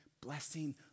blessing